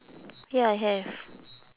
ya I have